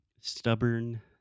stubborn